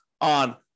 on